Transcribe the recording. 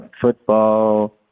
football